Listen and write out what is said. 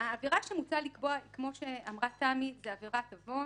כמו שאמרה תמי סלע,